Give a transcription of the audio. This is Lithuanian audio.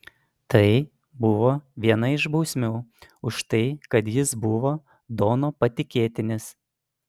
tai buvo viena iš bausmių už tai kad jis buvo dono patikėtinis